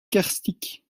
karstique